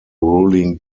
ruling